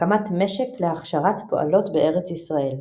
הקמת משק להכשרת פועלות בארץ ישראל.